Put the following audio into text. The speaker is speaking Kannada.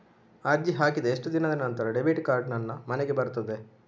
ಅರ್ಜಿ ಹಾಕಿದ ಎಷ್ಟು ದಿನದ ನಂತರ ಡೆಬಿಟ್ ಕಾರ್ಡ್ ನನ್ನ ಮನೆಗೆ ಬರುತ್ತದೆ?